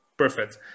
Perfect